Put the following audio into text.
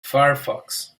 firefox